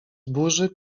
burzy